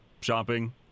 shopping